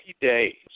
days